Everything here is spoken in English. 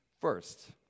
first